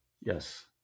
Yes